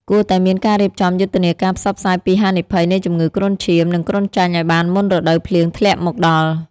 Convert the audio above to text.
គួរតែមានការរៀបចំយុទ្ធនាការផ្សព្វផ្សាយពីហានិភ័យនៃជំងឺគ្រុនឈាម និងគ្រុនចាញ់ឲ្យបានមុនរដូវភ្លៀងធ្លាក់មកដល់។